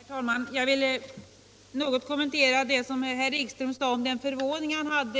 Herr talman! Jag vill något kommentera vad herr Ekström sade om den förvåning han